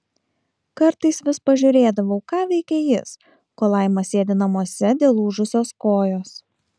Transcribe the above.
kartais vis pažiūrėdavau ką veikia jis kol laima sėdi namuose dėl lūžusios kojos